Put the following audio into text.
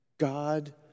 God